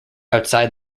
outside